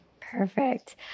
Perfect